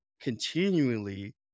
continually